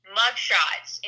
mugshots